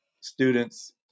students